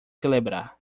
celebrar